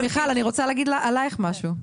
מיכל אני רוצה להגיד עלייך משהו,